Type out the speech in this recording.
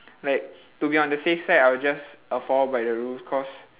like to be on the safe side I will just I'll follow by the rules cause